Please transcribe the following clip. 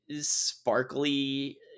sparkly